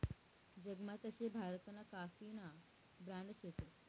जगमा तशे भारतमा काफीना ब्रांड शेतस